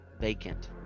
vacant